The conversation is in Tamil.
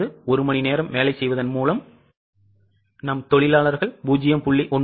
அதாவது ஒரு மணி நேரம் வேலை செய்வதன் மூலம் நம் தொழிலாளர்கள் 0